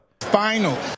final